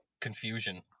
confusion